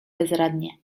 bezradnie